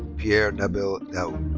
pierre nabil daoud.